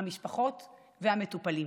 המשפחות והמטופלים.